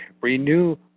Renew